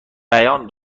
بیان